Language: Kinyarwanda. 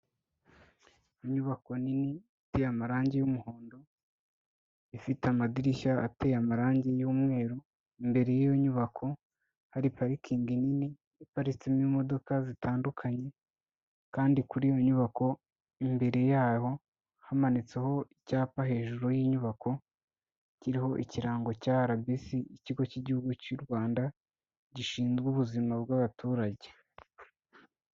Inyubako nini ifite amarangi y'umuhondo, ifite amadirishya ateye amarangi y'umweru, imbere y'iyo nyubako hari parikingi nini iparitsemo imodoka zitandukanye kandi kuri iyo nyubako imbere yaho hamanitseho icyapa hejuru y'inyubako kiriho ikirango cya RBC, Ikigo k'Igihugu cy'u Rwanda gishinzwe ubuzima bw'abaturage.